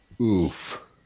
Oof